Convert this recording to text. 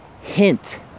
hint